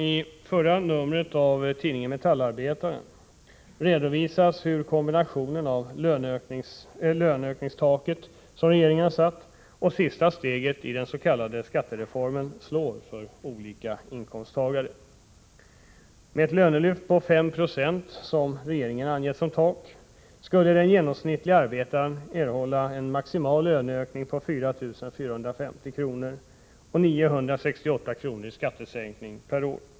I förra numret av tidningen Metallarbetaren redovisades hur kombinationen av löneökningstaket, som regeringen har satt, och sista steget i den s.k. skattereformen slår för olika inkomsttagare. Med ett lönelyft på 596, som regeringen angett som tak, skulle den genomsnittlige arbetaren erhålla en maximal löneökning på 4 450 kr. och 968 kr. i skattesänkning per år.